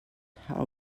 how